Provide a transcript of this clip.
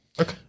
Okay